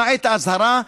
למעט האזהרה,